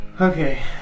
Okay